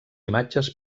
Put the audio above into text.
imatges